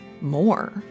more